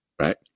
right